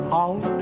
out